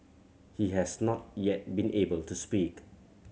he has not yet been able to speak